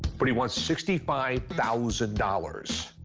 but he wants sixty five thousand dollars.